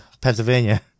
Pennsylvania